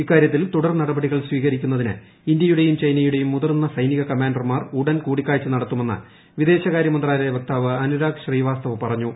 ഇക്കാര്യത്തിൽ തുടർ നടപടികൾ സ്വീകരിക്കുന്നതിന് ഇന്ത്യയുടെയും ചൈനയുടെയും മുതിർന്ന സൈനിക കമാൻഡർമാർ ഉടൻ കൂടിക്കാഴ്ച നടത്തുമെന്ന് വിദേശകാര്യ മന്ത്രാലയ വക്താവ് അനുരാഗ്ശ് ശ്രീവാസ്തവ പറഞ്ഞു